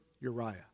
Uriah